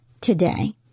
today